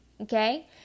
Okay